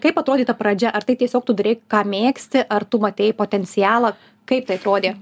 kaip atrodė ta pradžia ar tai tiesiog tu darei ką mėgsti ar tu matei potencialą kaip tai atrodė